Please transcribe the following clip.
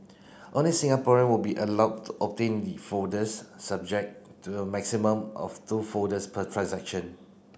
only Singaporean will be allowed to obtain the folders subject to a maximum of two folders per transaction